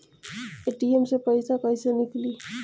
ATM से पइसा कइसे निकली?